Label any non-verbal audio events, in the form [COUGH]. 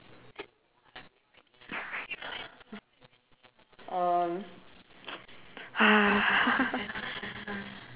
um [NOISE]